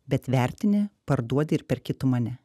bet vertini parduodi ir perki tu mane